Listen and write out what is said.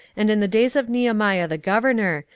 and in the days of nehemiah the governor,